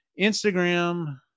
Instagram